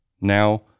Now